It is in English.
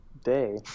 Day